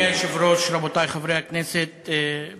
חבר הכנסת טיבי יודיע למליאה.